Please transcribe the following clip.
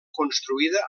construïda